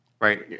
right